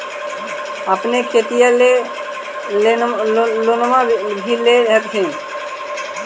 अपने खेतिया ले लोनमा भी ले होत्थिन?